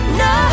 no